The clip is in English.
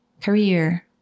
career